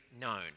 known